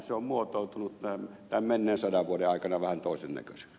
se on muotoutunut tämän menneen sadan vuoden aikana vähän toisen näköiseksi